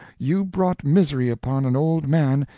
you brought misery upon an old man,